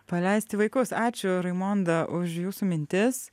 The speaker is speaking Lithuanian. paleisti vaikus ačiū raimonda už jūsų mintis